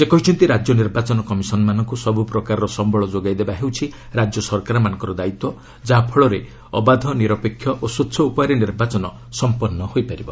ସେ କହିଛନ୍ତି ରାଜ୍ୟ ନିର୍ବାଚନ କମିଶନ୍ମାନଙ୍କୁ ସବୁ ପ୍ରକାରର ସମ୍ଭଳ ଯୋଗାଇ ଦେବା ହେଉଛି ରାଜ୍ୟ ସରକାରମାନଙ୍କର ଦାୟିତ୍ୱ ଯାହାଫଳରେ ଅବାଧ ନିରପେକ୍ଷ ଓ ସ୍ୱଚ୍ଛ ଉପାୟରେ ନିର୍ବାଚନ ସମ୍ପନ୍ନ ହୋଇପାରିବ